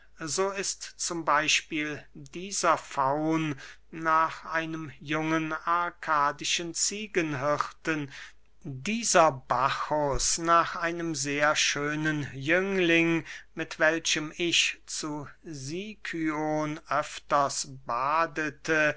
so ist z b dieser faun nach einem jungen arkadischen ziegenhirten dieser bacchus nach einem sehr schönen jüngling mit welchem ich zu sicyon öfters badete